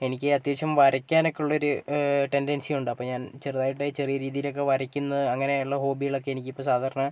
എനിക്ക് അത്യാവശ്യം വരയ്ക്കാൻ ഒക്കെയുള്ളൊരു ടെൻഡൻസി ഉണ്ട് അപ്പോൾ ഞാൻ ചെറുതായിട്ട് ചെറിയ രീതിയിലൊക്കെ വരയ്ക്കുന്ന അങ്ങനെയുള്ള ഹോബികൾ ഒക്കെ എനിക്കിപ്പോൾ സാധാരണ